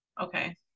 okay